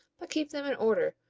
but keep them in order,